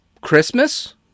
Christmas